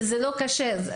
זה לא קשה,